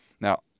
Now